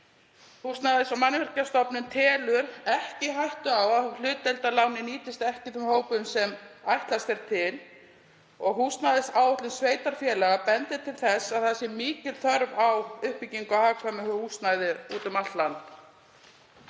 Húsnæðis- og mannvirkjastofnun telur ekki hættu á að hlutdeildarlánin nýtist ekki þeim hópum sem ætlast er til og húsnæðisáætlun sveitarfélaga bendir til þess að það sé mikil þörf á uppbyggingu á hagkvæmu húsnæði úti um allt